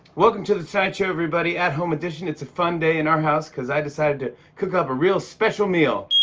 welcome to the tonight show, everybody. at home edition. it's a fun day in our house cause i decided to cook up a real special meal.